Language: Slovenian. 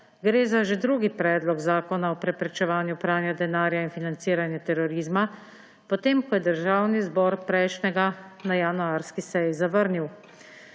gre za že drugi predlog zakona o preprečevanju pranja denarja in financiranja terorizma, potem ko je Državni zbor prejšnjega na januarski seji zavrnil.